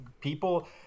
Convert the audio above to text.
people